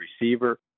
receiver